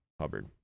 Hubbard